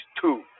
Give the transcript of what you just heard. TWO